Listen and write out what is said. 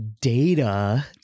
data